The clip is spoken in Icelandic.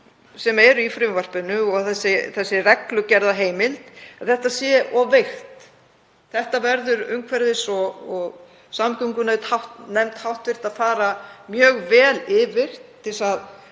sem eru í frumvarpinu og þessa reglugerðarheimild en að þetta sé of veikt. Þetta verður hv. umhverfis- og samgöngunefnd að fara mjög vel yfir til þess að